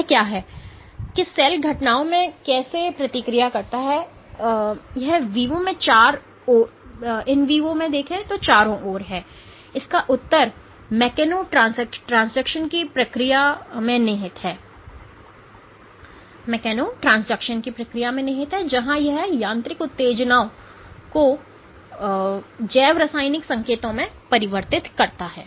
यह क्या है कि सेल घटनाओं में कैसे प्रतिक्रिया करता है यह विवो में चारों ओर है और इसका उत्तर मैकेनोट्रांसक्शन की इस प्रक्रिया में निहित है जहां यह यांत्रिक उत्तेजनाओं को जैव रासायनिक संकेतों में परिवर्तित करता है